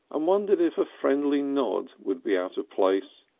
um wondered if a friendly nod would be out of place.